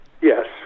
Yes